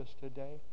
today